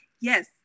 yes